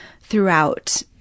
throughout